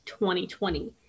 2020